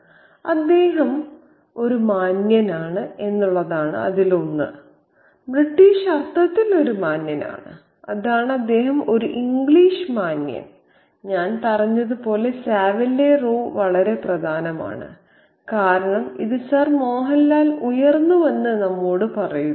അതായത് അദ്ദേഹം ഒരു മാന്യനാണ് ബ്രിട്ടീഷ് അർത്ഥത്തിൽ ഒരു മാന്യനാണ് അതാണ് അദ്ദേഹം ഒരു ഇംഗ്ലീഷ് മാന്യൻ ഞാൻ പറഞ്ഞതുപോലെ സാവില്ലെ റോ വളരെ പ്രധാനമാണ് കാരണം ഇത് സർ മോഹൻലാൽ ഉയർന്നുവന്നുവെന്ന് നമ്മോട് പറയുന്നു